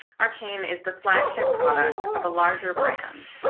our cane is the flagship product of a larger brand,